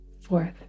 fourth